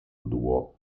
duo